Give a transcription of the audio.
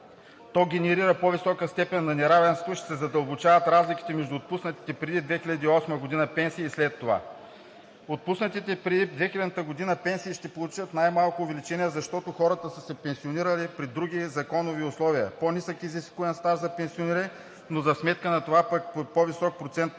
то генерира по-висока степен на неравенство и ще се задълбочават разликите между отпуснатите преди 2008 г. пенсии и след това. Отпуснатите преди 2000 г. пенсии ще получат най-малко увеличение, защото хората са се пенсионирали при други законови условия, по-нисък изискуем стаж за пенсиониране, но за сметка на това пък по-висок процент